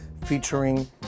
featuring